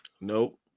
Nope